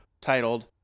titled